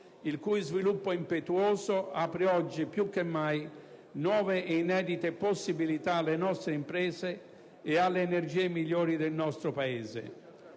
il cui sviluppo impetuoso apre oggi più che mai nuove e inedite possibilità alle nostre imprese e alle energie migliori del nostro Paese.